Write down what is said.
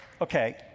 Okay